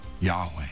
Yahweh